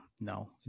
no